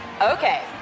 Okay